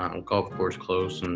um a golf course close, and